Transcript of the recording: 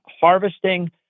harvesting